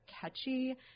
catchy